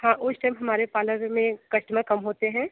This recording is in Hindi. हाँ उस टाइम हमारे पार्लर में कस्टमर कम होते हैं